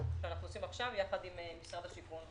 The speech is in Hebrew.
שאנחנו עושים עכשיו יחד עם משרד השיכון,